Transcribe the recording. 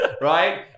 right